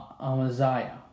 Amaziah